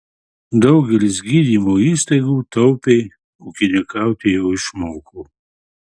daugelis gydymo įstaigų taupiai ūkininkauti jau išmoko